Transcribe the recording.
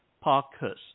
Parkhurst